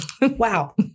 Wow